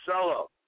solo